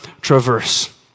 traverse